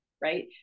right